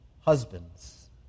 Husbands